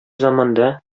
заманда